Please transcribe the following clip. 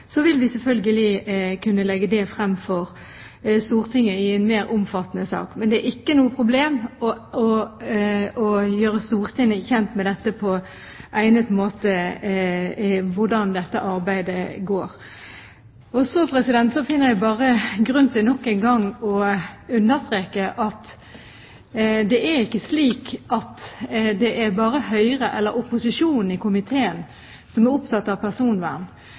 Så finner jeg grunn til nok en gang å understreke at det ikke er slik at det bare er Høyre eller opposisjonen i komiteen som er opptatt av personvern.